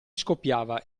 scoppiava